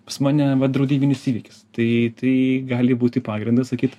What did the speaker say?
pas mane va draudiminis įvykis tai tai gali būti pagrindas sakyt